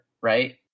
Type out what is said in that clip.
right